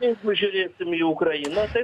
jeigu žiūrėsim į ukrainątai